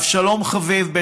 אבשלום חביב,